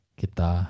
kita